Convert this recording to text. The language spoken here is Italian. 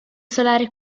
solare